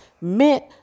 meant